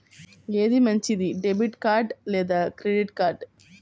ఏది మంచిది, debit card లేదా క్రెడిట్ కార్డ్?